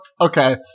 okay